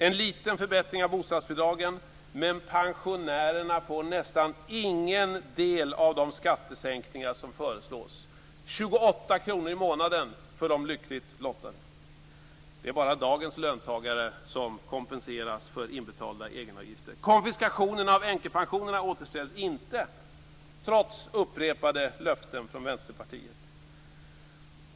En liten förbättring av bostadsbidragen sker, men pensionärerna får nästan ingen del av de skattesänkningar som föreslås - 28 kr i månaden för de lyckligt lottade. Det är bara dagens löntagare som kompenseras för inbetalda egenavgifter. Konfiskationen av änkepensionerna återställs inte, trots upprepade löften från Vänsterpartiet.